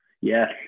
Yes